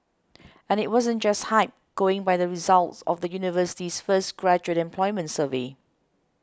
and it wasn't just hype going by the results of the university's first graduate employment survey